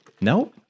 Nope